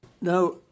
Now